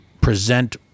present